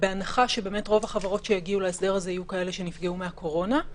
בהנחה שרוב החברות שיגיעו להסדר הזה יהיו כאלה שנפגעו מן הקורונה.